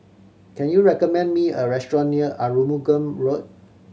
can you recommend me a restaurant near Arumugam Road